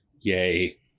yay